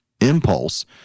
impulse